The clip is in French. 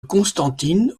constantine